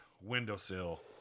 windowsill